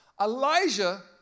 Elijah